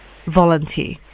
volunteer